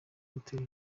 gutera